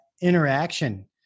interaction